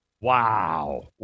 Wow